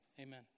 Amen